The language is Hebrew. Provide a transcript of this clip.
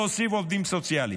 במקום להוסיף עובדים סוציאליים,